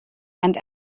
and